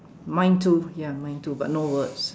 mine too ya mine too but no words